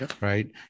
Right